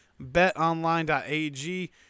Betonline.ag